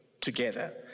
together